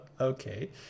Okay